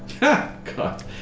God